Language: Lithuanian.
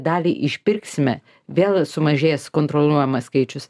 dalį išpirksime vėl sumažės kontroliuojamas skaičius